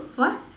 what